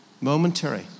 momentary